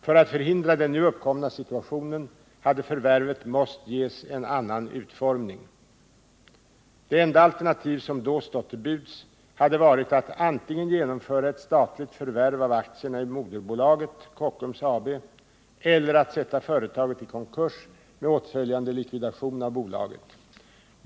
För att förhindra den nu uppkomna situationen hade förvärvet måst ges en annan utformning. De enda alternativ som då stått till buds hade varit att antingen genomföra ett statligt förvärv av aktierna i moderbolaget Kockums AB eller att sätta företaget i konkurs med åtföljande likvidation av bolaget.